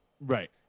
Right